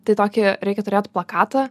tai tokį reikia turėt plakatą